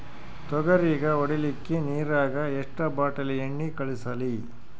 ತೊಗರಿಗ ಹೊಡಿಲಿಕ್ಕಿ ನಿರಾಗ ಎಷ್ಟ ಬಾಟಲಿ ಎಣ್ಣಿ ಕಳಸಲಿ?